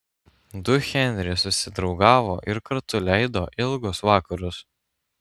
du henriai susidraugavo ir kartu leido ilgus vakarus